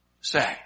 say